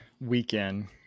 weekend